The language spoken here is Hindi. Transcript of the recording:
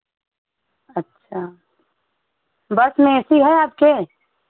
अच्छा बस में ऐ सी है आपके